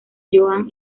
johan